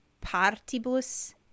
partibus